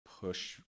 push